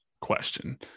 question